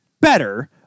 better